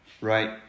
right